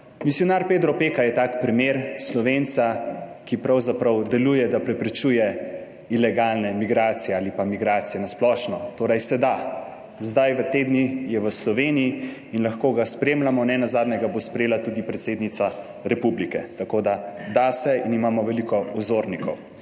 Misijonar Pedro Opeka je tak primer Slovenca, ki pravzaprav deluje, da preprečuje ilegalne migracije ali pa migracije na splošno. Torej se da. Zdaj v, te dni je v Sloveniji in lahko ga spremljamo, nenazadnje ga bo sprejela tudi predsednica republike, tako da da se in imamo veliko vzornikov.